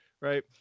right